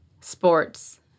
sports